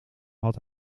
had